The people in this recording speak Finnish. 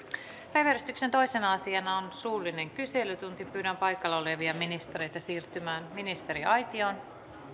päiväjärjestyksen toisena asiana on suullinen kyselytunti pyydän paikalla olevia ministereitä siirtymään ministeriaitioon